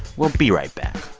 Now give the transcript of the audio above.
we'll be right back